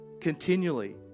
Continually